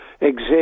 exist